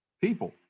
people